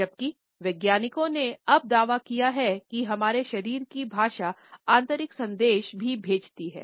जबकि वैज्ञानिको ने अब दावा किया है कि हमारे शरीर की भाषा आंतरिक संदेश भी भेजता हैं